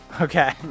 Okay